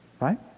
right